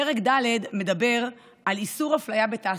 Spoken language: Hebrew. פרק ד' מדבר על איסור אפליה בתעסוקה,